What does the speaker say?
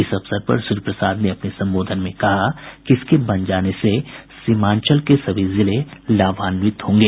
इस अवसर पर श्री प्रसाद ने अपने संबोधन में कहा कि इसके बन जाने से सीमांचल के सभी जिले लाभान्वित होंगे